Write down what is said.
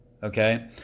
Okay